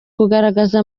kugaragaza